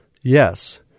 yes